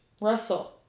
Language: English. Russell